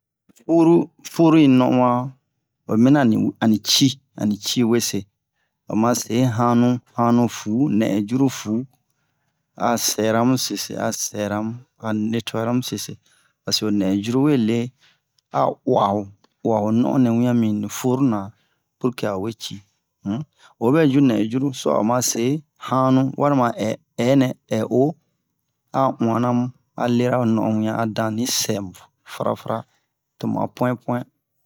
furu i non'onhan oyi mina ani ci wese o ma se han'nou nɛhɛ djuru fu a sɛra mu sese a sɛra mu a nettoyera mu sese paseke o nɛhɛ djuru we le a'o uwa'o uwa'o non'on nɛ wiɲan mi ni furu na purke a ho weci um oyi bɛ dju nɛhɛ djuru suwa o ma se han'nou walima ɛnɛ ɛ'o a uwan na mu a lera o non'on wian a dani sɛ mu fara fara tomu a puin puin